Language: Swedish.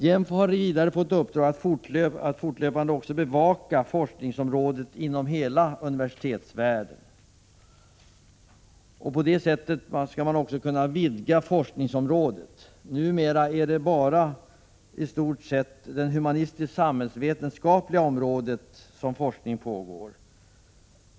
JÄMFO har 26 maj 1987 också fått i uppdrag att fortlöpande bevaka forskningen ur jämställdhetssynpunkt inom hela universitetsvärlden. På det sättet skulle man också kunna vidga forskningsområdet. Numera är det i stort sett bara på det humanistisksamhällsvetenskapliga området som forskning pågår.